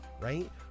right